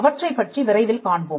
அவற்றைப் பற்றி விரைவில் காண்போம்